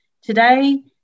Today